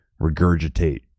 regurgitate